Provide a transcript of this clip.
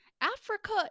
Africa